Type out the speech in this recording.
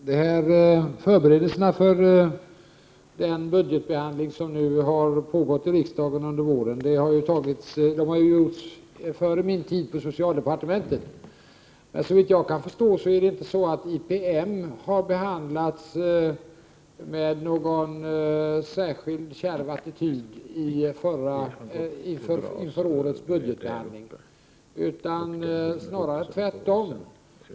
Herr talman! Förberedelserna för den budgetbehandling som har pågått i riksdagen under våren har skett före min tid på socialdepartementet. Såvitt jag kan förstå har IPM i och med årets budgetarbete och inte behandlats med någon särskilt kärv attityd, snarare tvärtom.